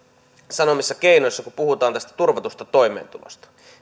sanomissa keinoissa kun puhutaan tästä turvatusta toimeentulosta